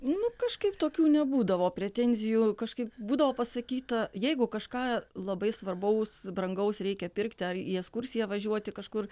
nu kažkaip tokių nebūdavo pretenzijų kažkaip būdavo pasakyta jeigu kažką labai svarbaus brangaus reikia pirkti ar į eskursiją važiuoti kažkur